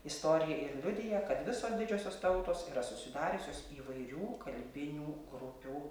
istorija ir liudija kad visos didžiosios tautos yra susidariusios įvairių kalbinių grupių